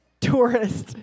Tourist